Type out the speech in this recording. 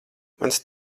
mans